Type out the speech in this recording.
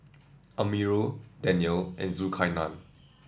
Amirul Daniel and Zulkarnain